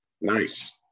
Nice